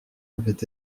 avait